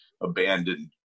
abandoned